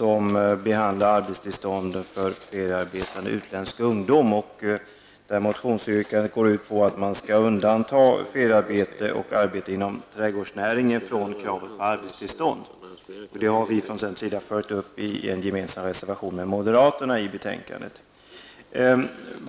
motion som behandlar arbetstillstånd för feriearbetande utländsk ungdom och motionsyrkandet går ut på att feriearbete och arbete inom trädgårdsnäringen skall undantas från kravet på arbetstillstånd. Detta har centern följt upp i en gemensam reservation med moderaterna till utskottets betänkande.